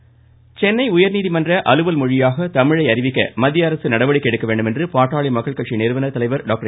ராமதாஸ் சென்னை உயர்நீதிமன்ற அலுவல் மொழியாக தமிழை அறிவிக்க மத்திய அரசு நடவடிக்கை எடுக்க வேண்டும் என பாட்டாளி மக்கள் கட்சி நிறுவனர் தலைவர் டாக்டர்